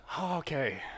Okay